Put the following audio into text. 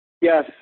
yes